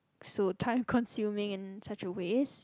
so time consuming and such a waste